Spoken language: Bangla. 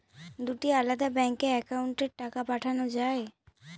দুটি আলাদা ব্যাংকে অ্যাকাউন্টের টাকা পাঠানো য়ায়?